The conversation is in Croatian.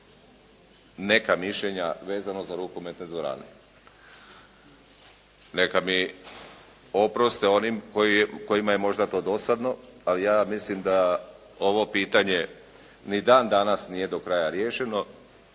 neka mišljenja za rukometne dvorane. Neka mi oproste oni kojima je to možda dosadno ali ja mislim da ovo pitanje ni dan danas nije do kraja riješeno